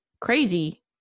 crazy